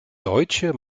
deutsche